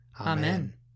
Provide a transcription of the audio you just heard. Amen